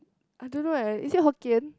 I don't know eh is it Hokkien